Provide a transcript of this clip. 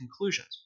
conclusions